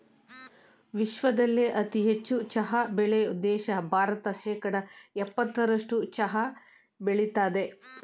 ವಿಶ್ವದಲ್ಲೇ ಅತಿ ಹೆಚ್ಚು ಚಹಾ ಬೆಳೆಯೋ ದೇಶ ಭಾರತ ಶೇಕಡಾ ಯಪ್ಪತ್ತರಸ್ಟು ಚಹಾ ಬೆಳಿತದೆ